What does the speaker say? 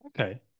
okay